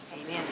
Amen